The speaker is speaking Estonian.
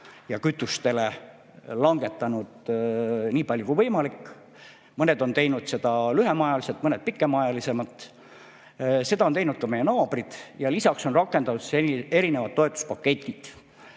ja kütustele langetatud nii palju kui võimalik. Mõned on teinud seda lühemat aega, mõned pikemat aega. Seda on teinud ka meie naabrid. Lisaks on rakendatud toetuspakette.